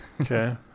okay